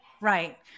Right